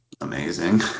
amazing